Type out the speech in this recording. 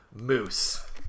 Moose